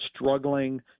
struggling